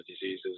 diseases